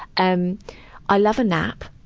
um i love a nap,